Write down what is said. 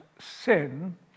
sin